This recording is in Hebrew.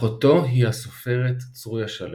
אחותו היא הסופרת צרויה שלו.